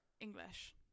English